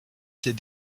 ses